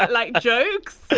but like, jokes.